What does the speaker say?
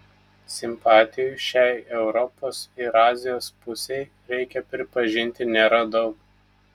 simpatijų šiai europos ir azijos pusei reikia pripažinti nėra daug